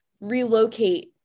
relocate